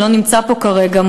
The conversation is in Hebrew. שלא נמצא פה כרגע,